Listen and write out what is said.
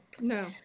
No